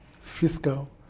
fiscal